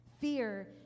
Fear